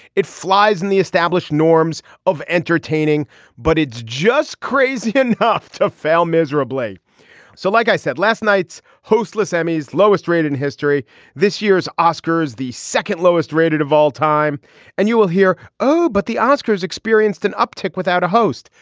it flies in the established norms of entertaining but it's just crazy enough to fail miserably so like i said last night's host less emmys lowest rated in history this year's oscars the second lowest rated of all time and you will hear oh but the oscars experienced an uptick without a host.